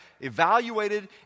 evaluated